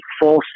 full